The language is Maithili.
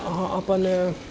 अहाँ अपन